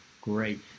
great